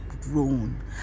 grown